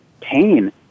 pain